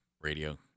radio